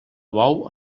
bou